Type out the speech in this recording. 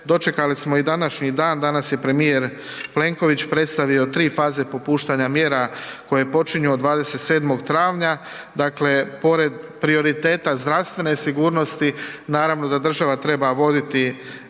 Dočekali smo i današnji dan, danas je premijer Plenković predstavio 3 faze popuštanja mjera koje počinju od 27. travnja. Dakle, pored prioriteta zdravstvene sigurnosti, naravno da država treba voditi